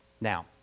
Now